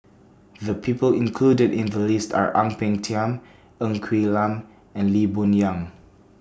The People included in The list Are Ang Peng Tiam Ng Quee Lam and Lee Boon Yang